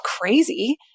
crazy